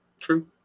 True